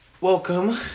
Welcome